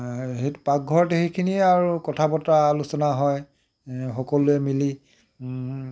সেই পাকঘৰত সেইখিনিয়ে আৰু কথা বতৰা আলোচনা হয় সকলোৱে মিলি